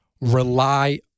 rely